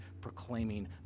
proclaiming